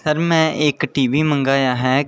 sir में इक TV मंगाया ऐ